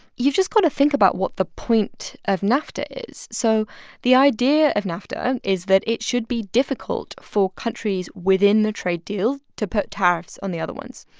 you've just got to think about what the point of nafta is. so the idea of nafta is that it should be difficult for countries within the trade deal to put tariffs on the other ones.